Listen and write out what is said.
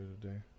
today